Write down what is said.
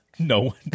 No